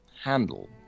handle